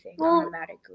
automatically